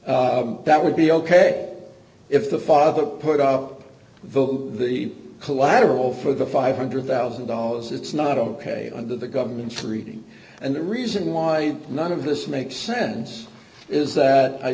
dollars that would be ok if the father put up the collateral for the five hundred thousand dollars it's not ok under the government's reading and the reason why none of this makes sense is that i